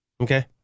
Okay